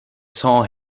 saw